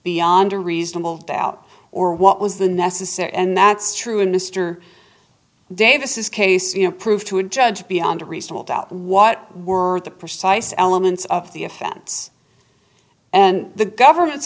beyond a reasonable doubt or what was the necessary and that's true and mr davis case you know prove to a judge beyond a reasonable doubt what were the precise elements of the offense and the government's